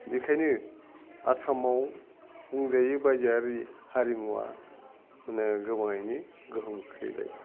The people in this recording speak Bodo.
बेखायनो आसामाव बुंजायो बायजोयारि हारिमुवा माने गोबाङैनो गोहोम खोलैबाय